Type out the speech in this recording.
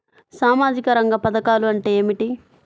సామాజిక రంగ పధకాలు అంటే ఏమిటీ?